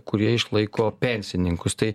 kurie išlaiko pensininkus tai